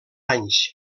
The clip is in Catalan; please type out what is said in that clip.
anys